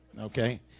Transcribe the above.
Okay